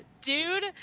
Dude